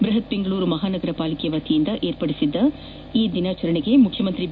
ಬೃಹತ್ ಬೆಂಗಳೂರು ಮಹಾನಗರ ಪಾಲಿಕೆ ವತಿಯಿಂದ ಏರ್ಪಡಿಸಿದ್ದ ಮಾಸ್ಕ್ ಡೇ ದಿನಾಚರಣೆಗೆ ಮುಖ್ಯಮಂತ್ರಿ ಬಿ